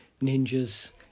ninjas